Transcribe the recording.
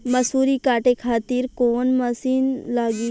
मसूरी काटे खातिर कोवन मसिन लागी?